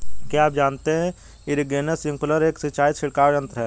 क्या आप जानते है इरीगेशन स्पिंकलर एक सिंचाई छिड़काव यंत्र है?